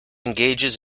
engages